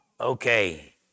okay